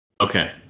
Okay